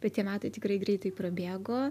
bet tie metai tikrai greitai prabėgo